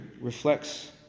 reflects